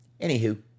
Anywho